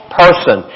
person